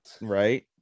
Right